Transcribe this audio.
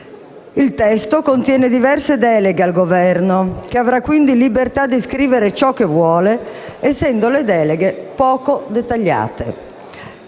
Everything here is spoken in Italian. Il testo contiene diverse deleghe al Governo, che avrà quindi libertà di scrivere ciò che vuole, essendo le deleghe poco dettagliate.